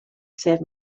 said